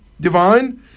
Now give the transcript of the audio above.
divine